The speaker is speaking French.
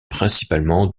principalement